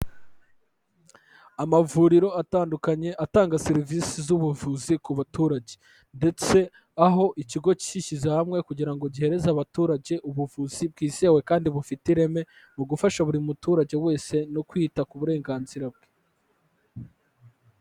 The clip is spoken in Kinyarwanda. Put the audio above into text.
Amavuriro atandukanye atanga serivisi z'ubuvuzi ku baturage ndetse aho ikigo cyishyize hamwe kugira ngo gihereze abaturage ubuvuzi bwizewe kandi bufite ireme, mu gufasha buri muturage wese no kwita ku burenganzira bwe.